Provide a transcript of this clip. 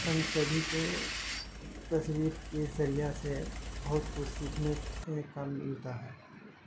ہم سبھی کو تصویر کے ذریعہ سے بہت کچھ سیکھنے کو ملتا ہے